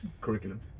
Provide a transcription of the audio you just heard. curriculum